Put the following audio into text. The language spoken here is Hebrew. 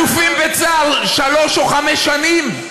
אלופים בצה"ל, שלוש או חמש שנים.